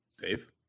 Dave